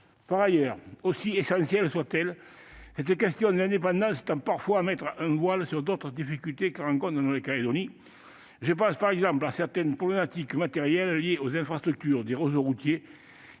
Par ailleurs, si essentielle soit-elle, cette question de l'indépendance tend parfois à mettre un voile sur d'autres difficultés que rencontre la Nouvelle-Calédonie. Je pense, par exemple, à certaines problématiques matérielles liées aux infrastructures du réseau routier,